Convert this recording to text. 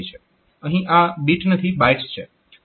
અહીં આ બીટ નથી બાઇટ્સ છે